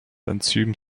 enzym